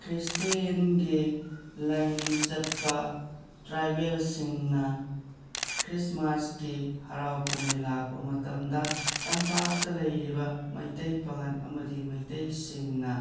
ꯈ꯭ꯔꯤꯁꯇꯦꯟꯒꯤ ꯂꯥꯏꯅꯤꯡ ꯆꯠꯄ ꯇ꯭ꯔꯥꯏꯕꯦꯜꯁꯤꯡꯅ ꯈ꯭ꯔꯤꯁꯃꯥꯁꯀꯤ ꯍꯔꯥꯎ ꯀꯨꯝꯍꯩ ꯂꯥꯛꯄ ꯃꯇꯝꯗ ꯇꯝꯄꯥꯛꯇ ꯂꯩꯔꯤꯕ ꯃꯩꯇꯩ ꯄꯥꯡꯒꯜ ꯑꯃꯗꯤ ꯃꯩꯇꯩꯁꯤꯡꯅ